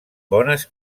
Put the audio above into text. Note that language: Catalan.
bones